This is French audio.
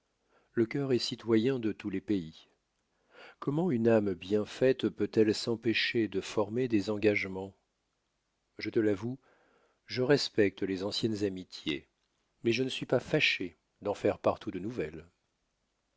le cœur est citoyen de tous les pays comment une âme bien faite peut-elle s'empêcher de former des engagements je te l'avoue je respecte les anciennes amitiés mais je ne suis pas fâché d'en faire partout de nouvelles